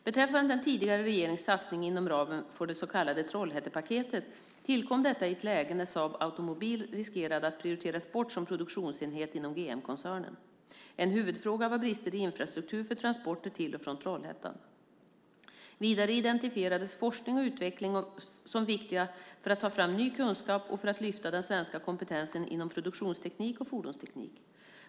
Beträffande den tidigare regeringens satsning inom ramen för det så kallade Trollhättepaketet tillkom denna i ett läge där Saab Automobile riskerade att prioriteras bort som produktionsenhet inom GM-koncernen. En huvudfråga var brister i infrastruktur för transporter till och från Trollhättan. Vidare identifierades forskning och utveckling som viktiga för att ta fram ny kunskap och för att lyfta den svenska kompetensen inom produktionsteknik och fordonsteknik.